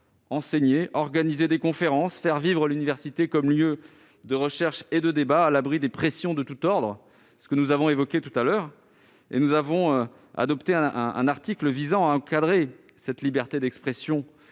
enseigner, organiser des conférences, faire vivre l'université comme lieu de recherche et de débat à l'abri des pressions de tout ordre : nous avons évoqué ces enjeux tout à l'heure. Nous avons précisément adopté un article visant à encadrer cette liberté d'expression